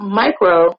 micro